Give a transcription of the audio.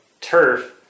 Turf